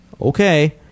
okay